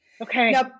Okay